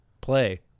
play